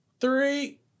three